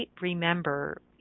remember